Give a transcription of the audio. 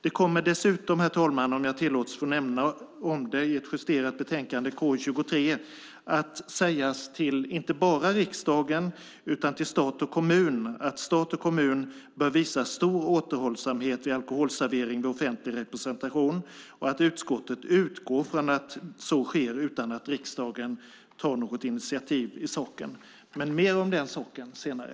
Det kommer dessutom, herr talman, om jag tillåts få nämna om det, i ett justerat betänkande KU23 att sägas till inte bara riksdagen utan även stat och kommun att stat och kommun bör visa stor återhållsamhet i alkoholservering vid offentlig representation och att utskottet utgår från att så sker utan att riksdagen tar något initiativ i saken. Men mer om den saken senare.